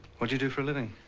what you do for a living?